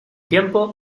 tiempo